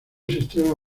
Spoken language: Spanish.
sistema